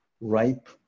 ripe